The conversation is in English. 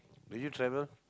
do you travel